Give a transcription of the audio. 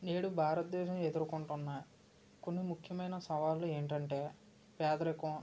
నేడు భారతదేశం ఎదుర్కొంటున్న కొన్ని ముఖ్యమైన సవాళ్ళు ఏంటంటే పేదరికం